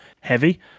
heavy